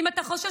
אם אתה חושש,